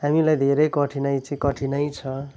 हामीलाई धेरै कठिनाई चाहिँ कठिनाई छ